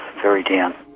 very down.